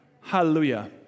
Hallelujah